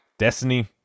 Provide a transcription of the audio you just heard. Destiny